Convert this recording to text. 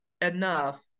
enough